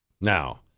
Now